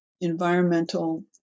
environmental